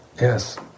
Yes